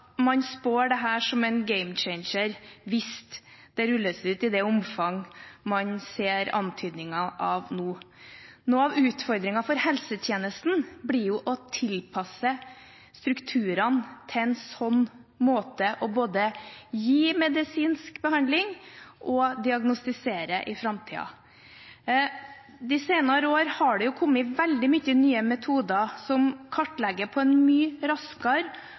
man spår dette som en «game changer» hvis det rulles ut i det omfang man ser antydning til nå. Noe av utfordringen for helsetjenesten blir å tilpasse strukturene til en sånn måte både å gi medisinsk behandling på og å diagnostisere på i framtida. De senere år har det kommet veldig mange nye metoder som kartlegger på en mye raskere,